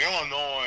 Illinois